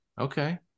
Okay